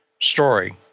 story